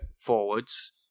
forwards